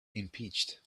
impeached